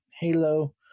halo